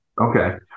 Okay